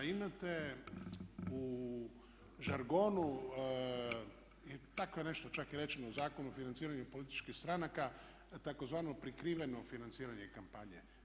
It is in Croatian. Imate u žargonu i tako je nešto čak i rečeno u Zakonu o financiranju političkih stranaka, tzv. prikriveno financiranje kampanje.